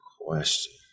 question